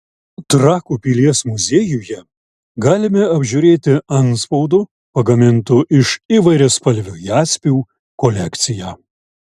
trakų pilies muziejuje galime apžiūrėti antspaudų pagamintų iš įvairiaspalvių jaspių kolekciją